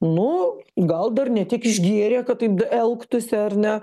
nu gal dar ne tiek išgėrė kad taip elgtųsi ar ne